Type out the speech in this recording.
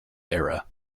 era